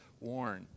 worn